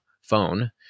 phone